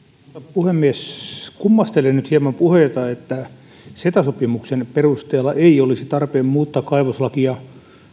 puhemies kummastelen nyt hieman niitä puheita että ceta sopimuksen perusteella ei olisi tarpeen muuttaa kaivoslakia